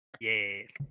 Yes